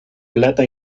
plata